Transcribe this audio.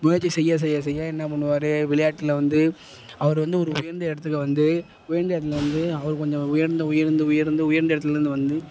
முயற்சி செய்ய செய்ய செய்ய என்ன பண்ணுவாரு விளையாட்டில வந்து அவர் வந்து ஒரு உயர்ந்த இடத்துக்கு வந்து உயர்ந்த இடத்துல வந்து அவர் கொஞ்ச உயர்ந்த உயர்ந்து உயர்ந்து உயர்ந்த இடத்துலேருந்து வந்து